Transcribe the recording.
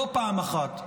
לא פעם אחת,